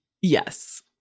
Yes